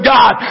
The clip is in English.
God